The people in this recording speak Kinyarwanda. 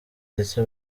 ndetse